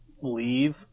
leave